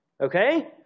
Okay